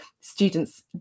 students